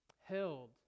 held